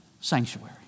sanctuary